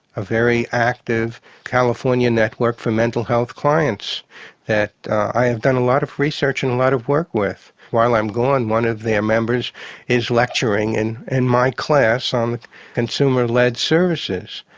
a very active californian network for mental health clients that i have done a lot of research and a lot of work with. while i'm gone one of their members is lecturing in and my class on consumer-led services.